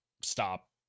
stop